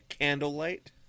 candlelight